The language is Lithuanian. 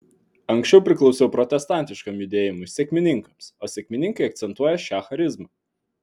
anksčiau priklausiau protestantiškam judėjimui sekmininkams o sekmininkai akcentuoja šią charizmą